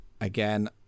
again